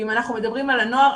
אם אנחנו מדברים על הנוער,